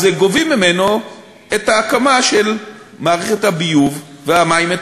אז גובים ממנו את ההקמה של מערכת הביוב והמים,